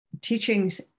teachings